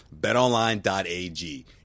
BetOnline.ag